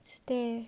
stay